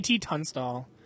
Tunstall